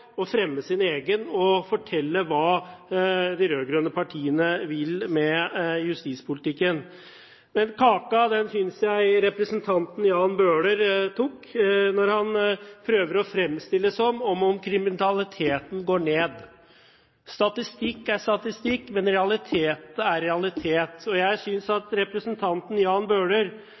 å fremme sin egen politikk og fortelle hva de rød-grønne partiene vil med justispolitikken. Men kaka synes jeg representanten Jan Bøhler tar når han prøver å fremstille det som om kriminaliteten går ned. Statistikk er statistikk, men realitet er realitet. Jeg synes at representanten Jan Bøhler